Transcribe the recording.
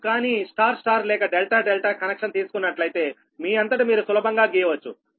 మీరు కానీ star star లేక డెల్టా డెల్టా కనెక్షన్ తీసుకున్నట్లయితే మీ అంతట మీరు సులభంగా గీయవచ్చు